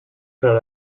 per